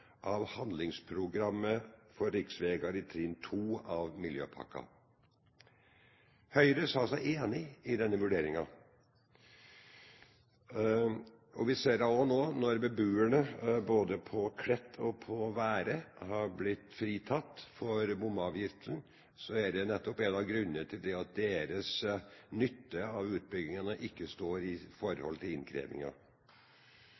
av handlingsprogrammet for riksvegar i trinn 2 av miljøpakka.» Høyre sa seg enig i denne vurderingen. Vi ser nå at når beboerne både på Klett og på Være er blitt fritatt for bomavgiften, er nettopp en av grunnene til det at deres nytte av utbyggingen ikke står i